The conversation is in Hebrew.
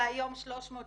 והיום 365